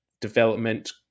development